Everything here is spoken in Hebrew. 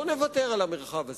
לא נוותר על המרחב הזה.